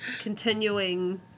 continuing